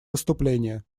выступления